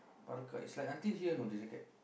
parka is like until here you know the jacket